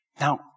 Now